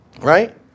Right